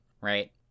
right